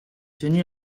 tenu